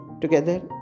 together